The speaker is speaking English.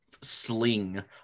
sling